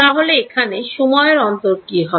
তাহলে এখানে সময়ের অন্তর কি হবে